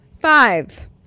five